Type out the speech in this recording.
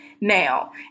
now